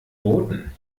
boten